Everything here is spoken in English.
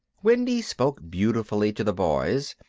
wendy spoke beautifully to the boys,